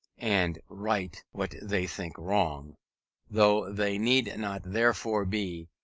and right what they think wrong though they need not therefore be,